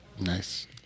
Nice